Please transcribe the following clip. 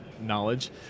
knowledge